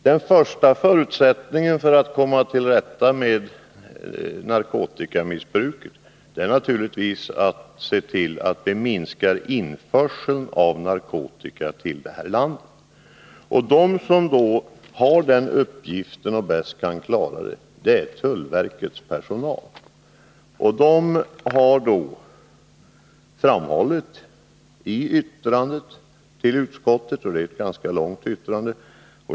Den första förutsättningen för att vi skall kunna komma till rätta med narkotikamissbruket är naturligtvis att vi ser till att införseln av narkotika till landet minskas. Det är tullverkets personal som har den uppgiften och som bäst kan klara den.